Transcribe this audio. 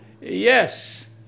Yes